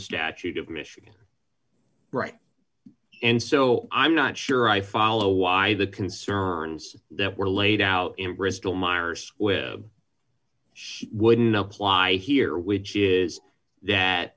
statute of michigan right and so i'm not sure i follow why the concerns that were laid out in bristol myers squibb she wouldn't apply here which is that